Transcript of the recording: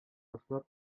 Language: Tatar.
ташлап